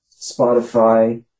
Spotify